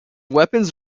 weapons